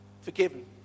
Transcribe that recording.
forgiven